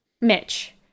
Mitch